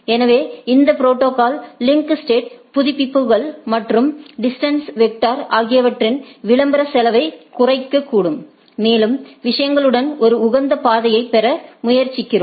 எனவே இந்த protocol link state புதுப்பிப்புகள் மற்றும் டிஸ்டன்ஸ் வெக்டர் ஆகியவற்றின் விளம்பர செலவை குறைக்கக்கூடும் மேலும் விஷயங்களுடன் ஒரு உகந்த பாதையைப் பெற முயற்சிக்கும்